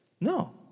No